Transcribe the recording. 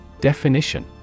Definition